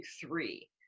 three